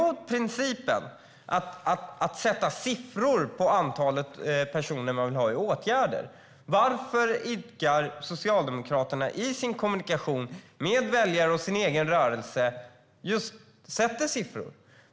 Om Socialdemokraterna är emot principen att ange siffror för det antal personer som de vill ha i åtgärder, varför anger de då i sin kommunikation med väljare och sin egen rörelse siffror?